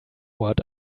what